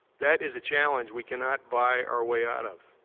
that is a challenge we cannot buy our way out of.